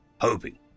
Hoping